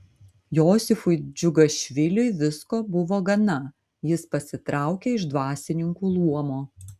josifui džiugašviliui visko buvo gana jis pasitraukė iš dvasininkų luomo